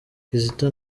kizito